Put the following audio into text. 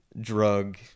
drug